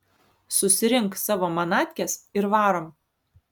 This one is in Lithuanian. susirink savo manatkes ir varom